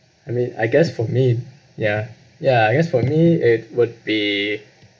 I mean I guess for me ya ya I guess for me it would be